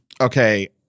Okay